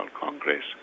Congress